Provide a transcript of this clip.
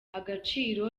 agaciro